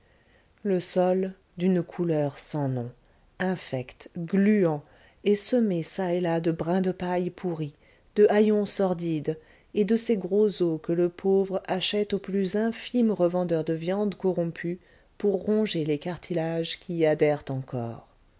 le sol d'une couleur sans nom infect gluant est semé çà et là de brins de paille pourrie de haillons sordides et de ces gros os que le pauvre achète aux plus infimes revendeurs de viande corrompue pour ronger les cartilages qui y adhèrent encore